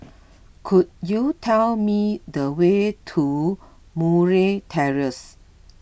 could you tell me the way to Murray Terrace